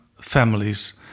families